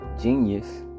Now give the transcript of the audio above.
genius